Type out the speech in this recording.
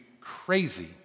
crazy